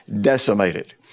decimated